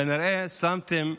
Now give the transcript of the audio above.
כנראה שמתם,